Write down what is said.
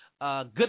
good